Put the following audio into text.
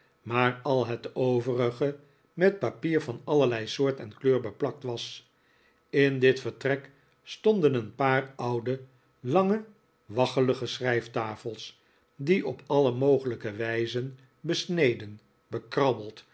maar al het overige met papier van allerlei soort en kleur beplakt was in dit vertrek stonden een paar oude lange waggelige schrijftafels die op alle mogelijke wijze besneden bekrabbeld